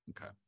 okay